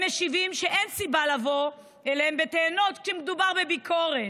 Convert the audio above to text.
הם משיבים שאין סיבה לבוא אליהם בטענות ושמדובר בביקורת.